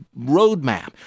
roadmap